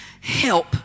help